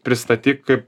pristatyk kaip